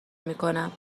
میکنم